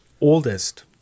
oldest